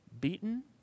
beaten